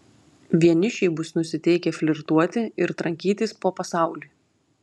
vienišiai bus nusiteikę flirtuoti ir trankytis po pasaulį